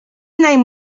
name